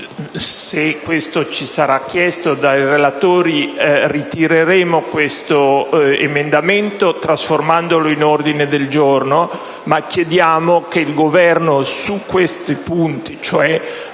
se questo ci sarà chiesto dai relatori, ritireremo l'emendamento 4.20 trasformandolo in ordine del giorno. Chiediamo però che il Governo su questi punti, cioè